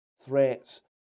threats